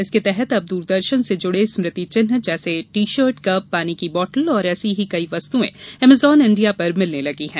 इसके तहत अब दूरदर्शन से जुड़े स्मृतिचिन्ह जैसे टीशर्ट कप पानी की बॉटल और ऐसी ही कई वस्तुऍ एमेजोन इण्डिया पर मिलने लगी हैं